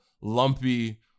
lumpy